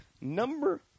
Number